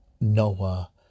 Noah